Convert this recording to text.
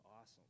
awesome